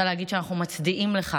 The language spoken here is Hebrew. אני רוצה להגיד שאנחנו מצדיעים לך